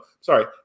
sorry